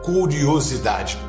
Curiosidade